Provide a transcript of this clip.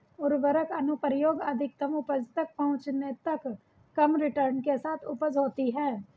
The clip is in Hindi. उर्वरक अनुप्रयोग अधिकतम उपज तक पहुंचने तक कम रिटर्न के साथ उपज होती है